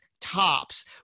tops